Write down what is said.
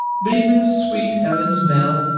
be this sweet helen's knell.